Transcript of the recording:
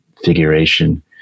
figuration